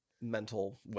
mental